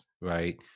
right